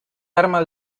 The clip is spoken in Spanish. arma